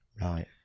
Right